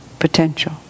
potential